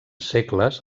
segles